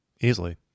Easily